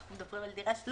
אנחנו מדברים על דירה שנייה.